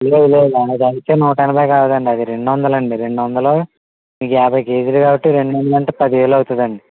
లేదు లేదు నూట ఎనభై కాదండీ అది రెండు వందలు అండి రెండు వందలు మీకు యాభై కేజీలు కాబట్టి రెండు వందలు అంటే పదివేలు అవుతుందండి